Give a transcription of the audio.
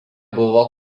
buvo